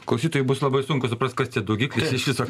klausytojui bus labai sunku suprast kas tie daugikliai iš viso